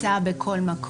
אבל הרשם לא נמצא בכל מקום